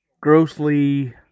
...grossly